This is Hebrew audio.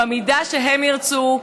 במידה שהם ירצו,